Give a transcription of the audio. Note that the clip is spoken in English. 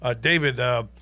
David